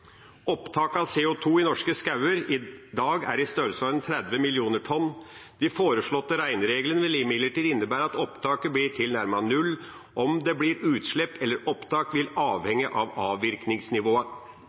Opptak av CO 2 i norske skoger i dag er i størrelsesorden 30 mill. tonn. De foreslåtte regnereglene vil imidlertid innebære at opptaket blir tilnærmet null. Om det blir utslipp eller opptak, vil